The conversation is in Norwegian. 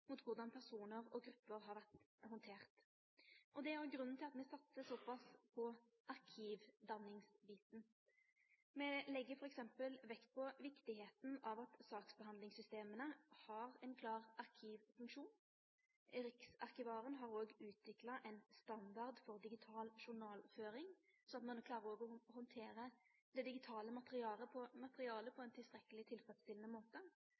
mot korleis personar og grupper har vore handterte. Det er òg grunnen til at me satsar så pass på arkivdanningsbiten. Me legg f.eks. vekt på viktigheita av at saksbehandlingssystema har ein klar arkivfunksjon. Riksarkivaren har òg utvikla ein standard for digital journalføring, sånn at ein klarer å handtere det digitale materialet på ein tilstrekkeleg tilfredsstillande måte.